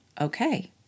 okay